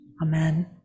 Amen